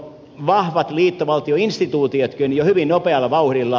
vahvat liittovaltioinstituutiotkin jo hyvin nopealla vauhdilla